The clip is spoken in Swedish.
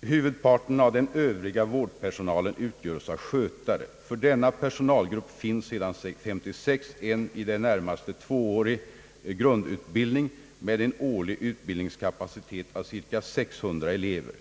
Huvudparten av den övriga vårdpersonalen utgörs av skötare. För denna personalgrupp finns sedan 1956 en i det närmaste tvåårig grundutbildning med en årlig utbildningskapacitet av cirka 600 elever.